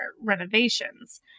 renovations